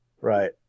Right